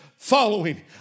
following